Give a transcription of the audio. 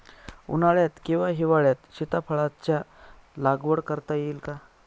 उन्हाळ्यात किंवा हिवाळ्यात सीताफळाच्या लागवड करता येईल का?